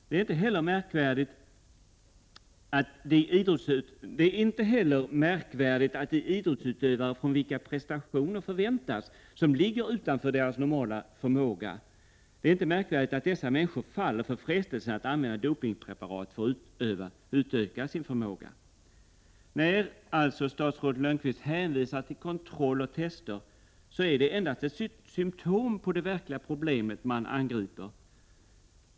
Det är heller inte märkvärdigt att de idrottsutövare från vilka prestationer förväntas som ligger utanför deras normala förmåga faller för frestelsen att använda dopingpreparat för att utöka sin förmåga. När statsrådet Lönnqvist hänvisar till kontroll och tester, är det endast ett symptom på det verkliga problemet som man angriper.